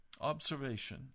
observation